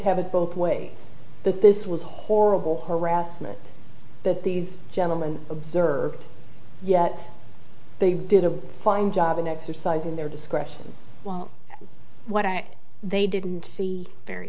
have it both ways but this was a horrible harassment that these gentlemen observed yet they did a fine job in exercising their discretion while what i they didn't see very